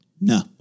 No